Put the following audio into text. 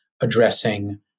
addressing